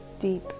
deep